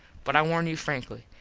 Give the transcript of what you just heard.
but i warn you frankly.